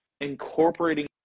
incorporating